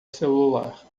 celular